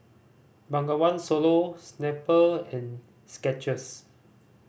Bengawan Solo Snapple and Skechers